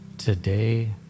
Today